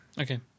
Okay